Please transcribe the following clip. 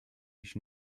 each